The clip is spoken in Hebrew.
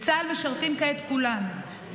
בצה"ל משרתים כעת כולם,